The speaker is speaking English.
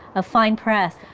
of fine press,